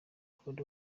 fuad